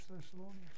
Thessalonians